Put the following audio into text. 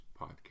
Podcast